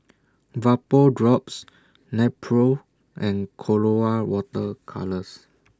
Vapodrops Nepro and Colora Water Colours